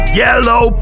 yellow